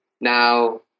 Now